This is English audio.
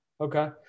okay